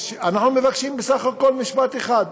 אנחנו מבקשים בסך הכול משפט אחד: